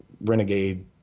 renegade